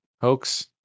hoax